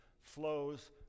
flows